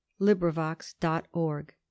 LibriVox.org